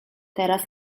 teraz